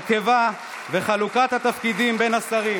הרכבה וחלוקת התפקידים בין השרים.